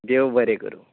देव बरें करूं